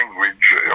language